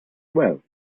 well